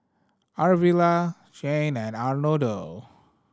Arvilla Cain and Arnoldo